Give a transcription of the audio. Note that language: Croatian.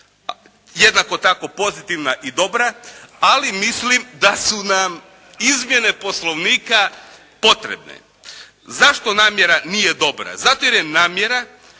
Jednako tako pozitivna i dobra, ali mislim da su nam izmjene Poslovnika potrebne. Zašto namjera nije dobra? Zato jer je namjera